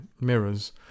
mirrors